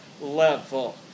level